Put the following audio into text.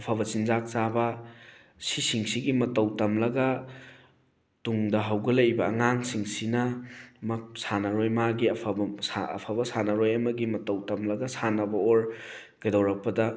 ꯑꯐꯕ ꯆꯤꯟꯖꯥꯛ ꯆꯥꯕ ꯁꯤꯁꯤꯡꯁꯤꯒꯤ ꯃꯇꯧ ꯇꯝꯂꯒ ꯇꯨꯡꯗ ꯍꯧꯒꯠꯂꯛꯏꯕ ꯑꯉꯥꯡꯁꯤꯡꯁꯤꯅ ꯁꯥꯟꯅꯔꯣꯏ ꯃꯥꯒꯤ ꯑꯐꯕ ꯑꯐꯕ ꯁꯥꯟꯅꯔꯣꯏ ꯑꯃꯒꯤ ꯃꯇꯧ ꯇꯝꯂꯒ ꯁꯥꯟꯅꯕ ꯑꯣꯔ ꯀꯩꯗꯧꯔꯛꯄꯗ